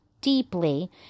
deeply